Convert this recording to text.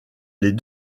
les